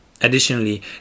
Additionally